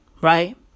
Right